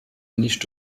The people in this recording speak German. nicht